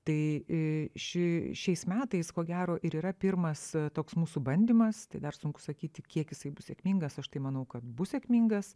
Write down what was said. tai ši šiais metais ko gero ir yra pirmas toks mūsų bandymas dar sunku sakyti kiek jisai bus sėkmingas aš tai manau kad bus sėkmingas